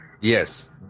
Yes